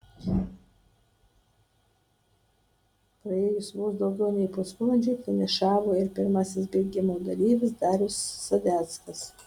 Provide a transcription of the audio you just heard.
praėjus vos daugiau nei pusvalandžiui finišavo ir pirmasis bėgimo dalyvis darius sadeckas